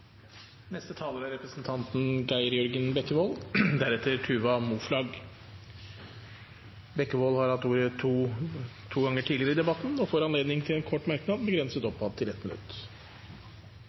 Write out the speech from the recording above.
Representanten Geir Jørgen Bekkevold har hatt ordet to ganger tidligere og får ordet til en kort merknad, begrenset til 1 minutt.